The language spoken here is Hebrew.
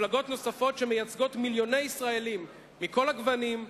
מפלגות נוספות שמייצגות מיליוני ישראלים מכל הגוונים,